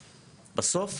בסוף,